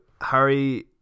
Harry